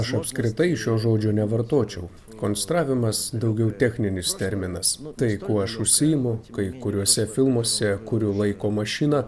aš apskritai šio žodžio nevartočiau konstravimas daugiau techninis terminas tai kuo aš užsiimu kai kuriuose filmuose kuriu laiko mašiną